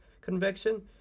convection